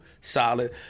solid